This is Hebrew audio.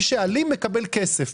שבה מי שאלים מקבל כסף,